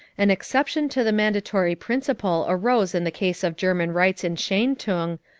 an exception to the mandatory principle arose in the case of german rights in shantung,